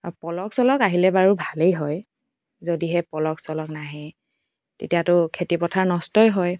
পলস চলস আহিলে বাৰু ভালেই হয় যদিহে পলস চলস নাহে তেতিয়াতো খেতিপথাৰ নষ্টই হয়